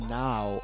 now